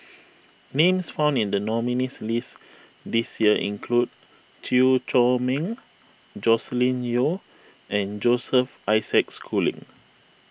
names found in the nominees' list this year include Chew Chor Meng Joscelin Yeo and Joseph Isaac Schooling